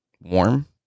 warm